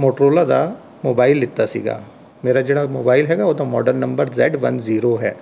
Motorola ਦਾ mobile ਲਿੱਤਾ ਸੀਗਾ ਮੇਰਾ ਜਿਹੜਾ ਮੋਬਾਇਲ ਹੈਗਾ ਉਹਦਾ model number Z one zero ਹੈ